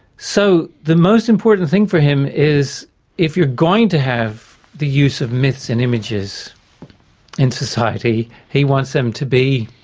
so, the most important thing for him is if you're going to have the use of myths and images in society, he wants them to be